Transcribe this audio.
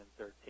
2013